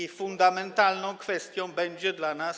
I fundamentalną kwestią będzie dla nas.